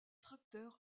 tracteur